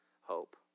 hope